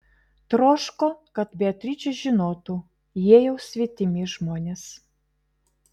troško kad beatričė žinotų jie jau svetimi žmonės